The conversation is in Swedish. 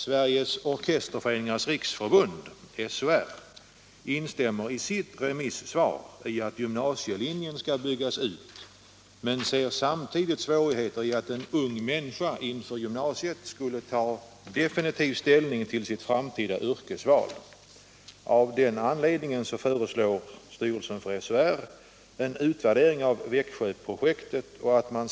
Sveriges orkesterföreningars riksförbund, SOR, instämmer i sitt remisssvar i uppfattningen att gymnasielinjen skall byggas ut men ser samtidigt svårigheter i att en ung människa inför gymnasiet skall ta definitiv ställning till sitt framtida yrkesval. Av den anledningen föreslår styrelsen för SOR en utvärdering av Växjöprojektet.